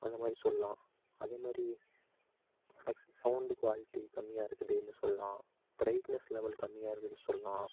அந்த மாதிரி சொல்லலாம் அதே மாதிரி சத்தம் சவுண்டு குவாலிட்டி கம்மியாக இருக்குதுனு சொல்லலாம் ப்ரைட்னஸ் லெவல் கம்மியாக இருக்குதுனு சொல்லலாம்